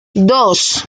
dos